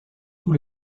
tout